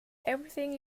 everything